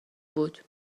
بود